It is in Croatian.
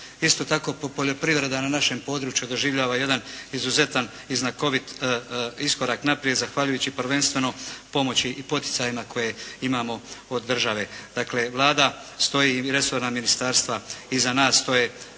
Isto tako, poljoprivreda na našom području doživljava jedan izuzetan i znakovit iskorak naprijed zahvaljujući prvenstveno pomoći i poticajima koje imamo od države. Dakle, Vlada stoji i resorna ministarstva iza nas stoje